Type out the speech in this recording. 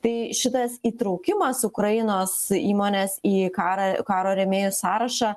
tai šitas įtraukimas ukrainos įmonės į karą karo rėmėjų sąrašą